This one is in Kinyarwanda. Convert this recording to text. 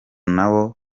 nabo